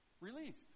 released